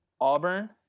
Auburn